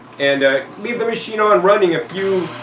and leave the machine on running a few